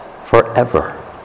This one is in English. forever